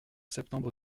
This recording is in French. septembre